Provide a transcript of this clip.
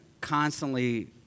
constantly